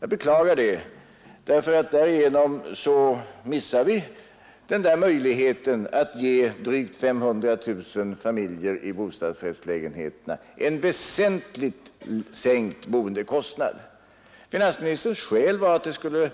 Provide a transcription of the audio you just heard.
Jag beklagar detta, eftersom vi därigenom missar möjligheten att ge drygt 500 000 familjer i bostadsrättslägenheter en väsentligt sänkt boendekostnad. Finansministerns skäl var att det skulle